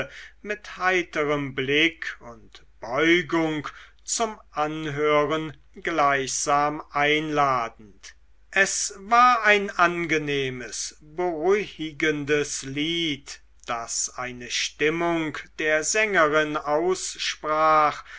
mit heiterem blick und beugung zum anhören gleichsam einladend es war ein angenehmes beruhigendes lied das eine stimmung der sängerin aussprach